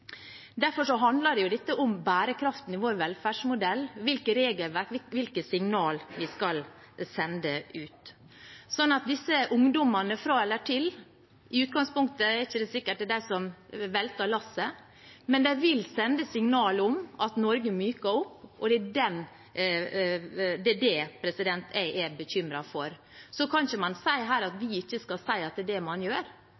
Derfor handler dette om bærekraften i vår velferdsmodell og hvilke regelverk og hvilke signal vi skal sende ut. Det er ikke sikkert at disse ungdommene fra eller til i utgangspunktet er dem som velter lasset, men det vil sende signal om at Norge myker opp, og det er det jeg er bekymret for. Så kan man ikke si at vi ikke skal si at det er det man gjør.